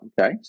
okay